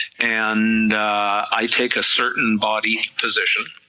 and i take a certain body position,